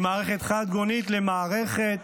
ממערכת חדגונית למערכת